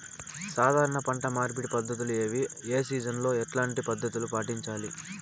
సాధారణ పంట మార్పిడి పద్ధతులు ఏవి? ఏ సీజన్ లో ఎట్లాంటి పద్ధతులు పాటించాలి?